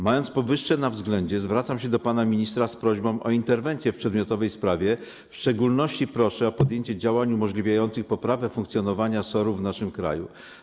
Mając powyższe na względzie zwracam się do pana ministra z prośbą o interwencję w przedmiotowej sprawie, w szczególności proszę o podjęcie działań umożliwiających poprawę funkcjonowania SOR-ów w naszym kraju.